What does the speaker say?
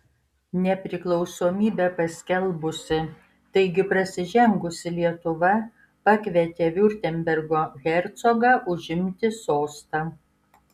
nepriklausomybę paskelbusi taigi prasižengusi lietuva pakvietė viurtembergo hercogą užimti sostą